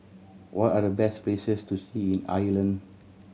what are the best places to see in Ireland